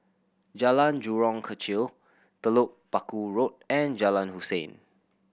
Jalan Jurong Kechil Telok Paku Road and Jalan Hussein